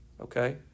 Okay